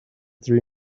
three